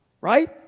right